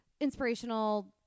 inspirational